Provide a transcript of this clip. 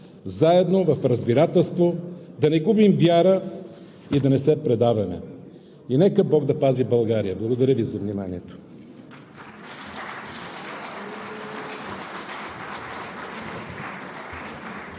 заедно в разбирателство, да не губим вяра и да не се предаваме. Нека Бог да пази България! Благодаря Ви за вниманието.